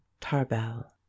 Tarbell